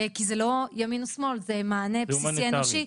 כי זה לא ימין או שמאל, זה מענה בסיסי אנושי.